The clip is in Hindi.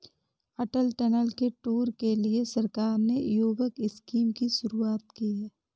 अटल टनल के टूर के लिए सरकार ने युवक स्कीम की शुरुआत की है